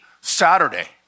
Saturday